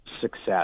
success